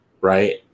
right